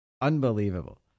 Unbelievable